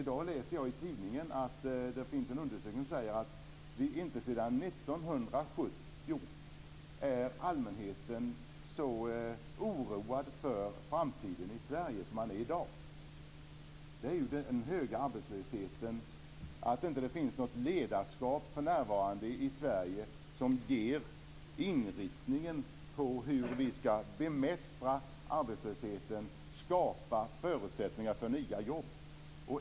I dag läste jag i tidningen om en undersökning som säger att inte sedan 1970 är allmänheten så oroad för framtiden i Sverige som den är i dag. Det beror på den höga arbetslösheten och på att det för närvarande inte finns något ledarskap i Sverige som anger inriktningen på hur arbetslösheten skall bemästras och hur man skall skapa förutsättningar för nya jobb.